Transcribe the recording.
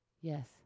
Yes